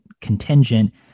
contingent